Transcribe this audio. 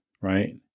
right